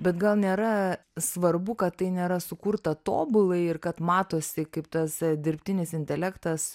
bet gal nėra svarbu kad tai nėra sukurta tobulai ir kad matosi kaip tas dirbtinis intelektas